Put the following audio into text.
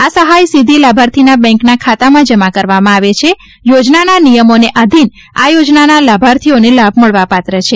આ સહાય સીધી લાભાર્થીના બેન્કના ખાતામાં જમા કરવામાં આવે છે યોજનાના નિયમોને આધિન આ યોજનાના લાભાર્થીઓને લાભ મળવાપાત્ર છે